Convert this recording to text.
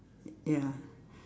ya